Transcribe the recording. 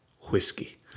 whiskey